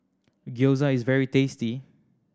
gyoza is very tasty